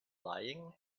lying